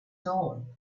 dawn